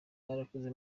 mwarakoze